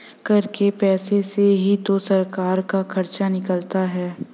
कर के पैसे से ही तो सरकार का खर्चा निकलता है